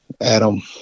Adam